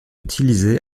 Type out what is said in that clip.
utilisées